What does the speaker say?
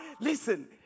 listen